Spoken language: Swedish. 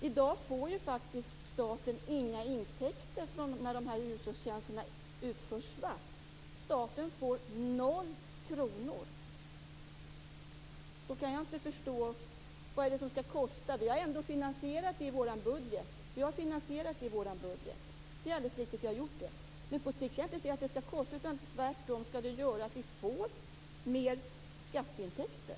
I dag får faktiskt staten inga intäkter när hushållstjänsterna utförs svart. Staten får 0 kr. Då kan jag inte förstå vad det är som skall kosta. Vi har en finansiering i vår budget. Men på sikt kan jag inte se att det skall kosta någonting. Tvärtom skall det bli mer skatteintäkter.